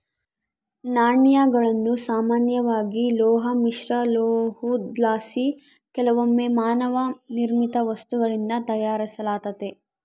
ನಾಣ್ಯಗಳನ್ನು ಸಾಮಾನ್ಯವಾಗಿ ಲೋಹ ಮಿಶ್ರಲೋಹುದ್ಲಾಸಿ ಕೆಲವೊಮ್ಮೆ ಮಾನವ ನಿರ್ಮಿತ ವಸ್ತುಗಳಿಂದ ತಯಾರಿಸಲಾತತೆ